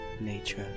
nature